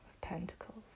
Pentacles